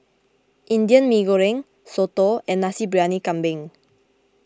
Indian Mee Goreng Soto and Nasi Briyani Kambing